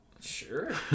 Sure